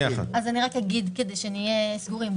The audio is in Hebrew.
אגיד כדי שנהיה סגורים,